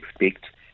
expect